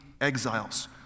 exiles